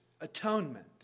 atonement